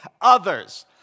others